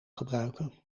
gebruiken